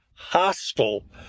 hostile